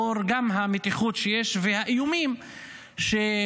גם לנוכח המתיחות שיש והאיומים על כך